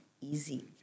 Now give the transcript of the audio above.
easy